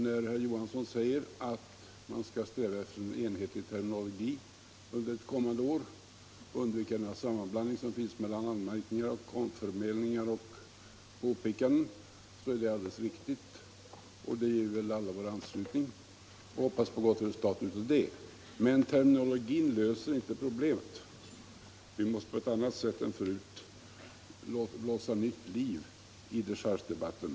När herr Johansson säger att man skall sträva efter en enhetlig terminologi under kommande år och undvika den sammanblandning som finns mellan anmärkningar, omförmälningar och påpekanden, är det alldeles riktigt. Till detta vill vi alla ansluta oss och hoppas på ett gott resultat. Men terminologin löser inte problemet. Vi måste på ett annat sätt än tidigare blåsa nytt liv i dechargedebatten.